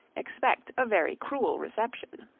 expect a very cruel reception.